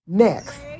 Next